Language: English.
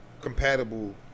compatible